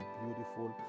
beautiful